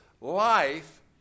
life